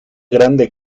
grande